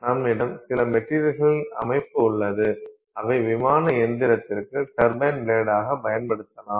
நம்மிடம் சில மெட்டீரியல்கள் அமைப்பு உள்ளது அவை விமான இயந்திரத்திற்கு டர்பைன் பிளேடாக பயன்படுத்தப்படலாம்